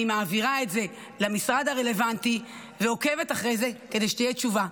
אני מעבירה את זה למשרד הרלוונטי ועוקבת אחרי זה כדי שתהיה תשובה.